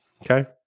Okay